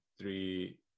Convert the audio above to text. three